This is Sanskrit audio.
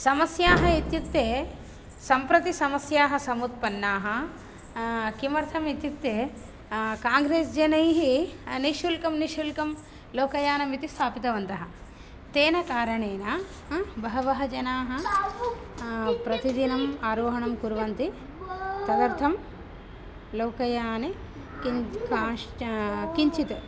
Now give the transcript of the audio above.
समस्याः इत्युक्ते सम्प्रति समस्याः समुत्पन्नाः किमर्थं इत्युक्ते काङ्ग्रेस् जनैः निश्शुल्कं निश्शुल्कं लोकयानमिति स्थापितवन्तः तेन कारणेन बहवः जनाः प्रतिदिनं आरोहणं कुर्वन्ति तदर्थं लोकयाने किम् कांश् किञ्चित्